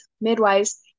midwives